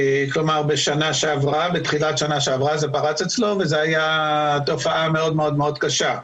כלומר בתחילת שנה שעברה זה פרץ אצלו וזו הייתה תופעה מאוד מאוד קשה.